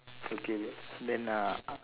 okay then then uh